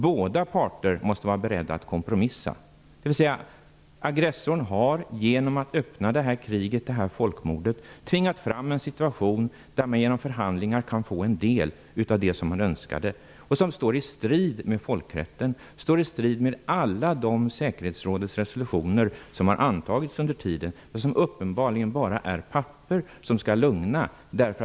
Båda parter måste vara beredda att kompromissa. Aggressorn har genom att påbörja ett folkmord tvingat fram en situation där förhandlingarna kan ge honom en del av det han önskar. Detta står i strid mot folkrätten och mot alla de resolutioner som har antagits under denna tid. Det är uppenbarligen bara fråga om papper som skall verka lugnande.